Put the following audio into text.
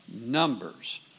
numbers